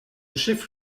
chef